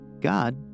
God